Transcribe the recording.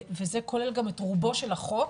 וזה כולל גם את רובו של החוק,